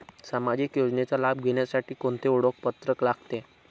सामाजिक योजनेचा लाभ घेण्यासाठी कोणते ओळखपत्र लागते?